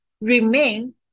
remain